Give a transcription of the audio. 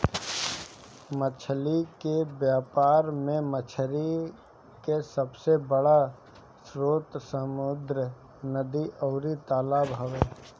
मछली के व्यापार में मछरी के सबसे बड़ स्रोत समुंद्र, नदी अउरी तालाब हवे